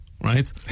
Right